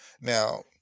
Now